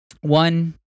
one